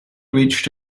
reached